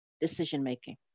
decision-making